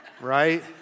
Right